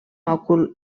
òcul